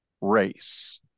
race